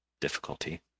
difficulty